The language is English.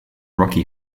rocky